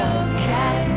okay